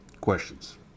Questions